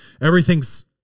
Everything's